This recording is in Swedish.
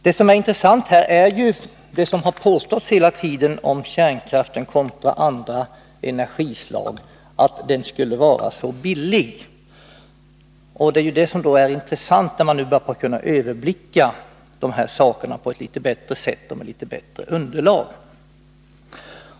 Det intressanta i detta sammanhang är det som hela tiden har påståtts om kärnkraften kontra andra energislag, nämligen att kärnkraften skulle vara så billig. Nu börjar man ju att ha litet bättre underlag, och på det sättet kan man bättre överblicka de här sakerna.